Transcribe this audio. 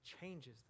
changes